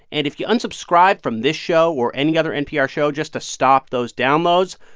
and if you unsubscribed from this show or any other npr show just to stop those downloads,